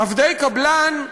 עבדי קבלן,